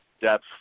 depth